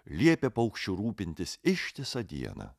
liepė paukščiu rūpintis ištisą dieną